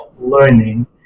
learning